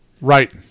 Right